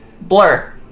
Blur